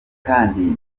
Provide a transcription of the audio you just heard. kandi